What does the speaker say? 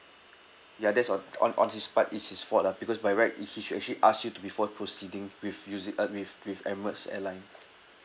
ya that's on on on his part it's his fault lah because by right he should actually ask you to before proceeding with using uh with with Emirates airline